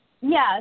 Yes